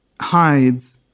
hides